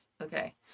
okay